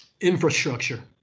Infrastructure